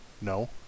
No